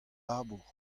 labour